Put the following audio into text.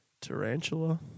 Tarantula